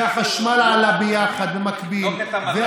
שהחשמל עלה ביחד, במקביל, בדוק את המדד, שלמה.